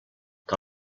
que